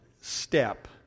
step